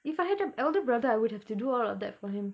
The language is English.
if I had a elder brother I would have to do all of that for him